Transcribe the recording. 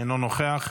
אינו נוכח.